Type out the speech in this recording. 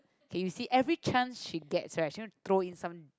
okay you see every chance she gets right she wanna throw in some